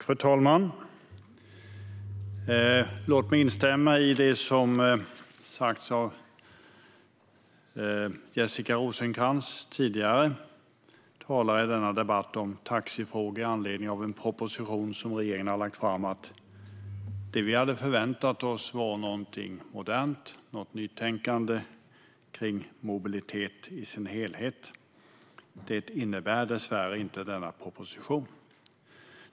Fru talman! Låt mig instämma i det som Jessica Rosencrantz sa. Hon talade tidigare i denna debatt om taxifrågor med anledning av en proposition som regeringen har lagt fram om att vi hade förväntat oss någonting modernt, något nytänkande om mobilitet i sin helhet. Det innebär dessvärre inte det som föreslås i denna proposition.